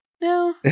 no